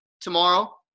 tomorrow